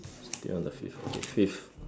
still on the fifth okay fifth